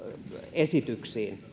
esityksiin